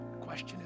question